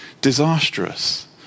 disastrous